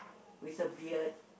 with a beard